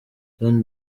don’t